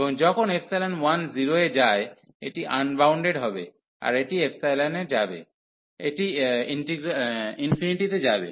এবং যখন 1 0 এ যায় এটি আনবাউন্ডেড হবে আর এটি ∞ এ যাবে